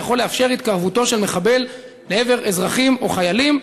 היכול לאפשר התקרבותו של מחבל לעבר אזרחים או חיילים.